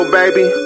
baby